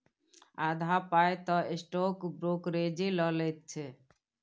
आधा पाय तँ स्टॉक ब्रोकरेजे लए लैत छै